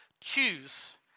Choose